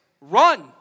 run